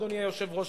אדוני היושב-ראש,